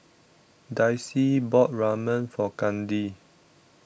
Dicy bought Ramen for Kandi